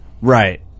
Right